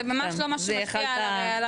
זה ממש לא משהו שמשפיע על הרפורמה.